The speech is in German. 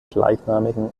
gleichnamigen